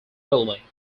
building